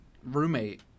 roommate